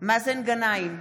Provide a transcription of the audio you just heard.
מאזן גנאים,